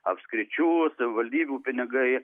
apskričių savivaldybių pinigai